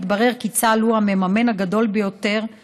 מתברר כי צה"ל הוא המממן הגדול ביותר,